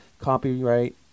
Copyright